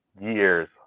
years